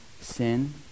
sin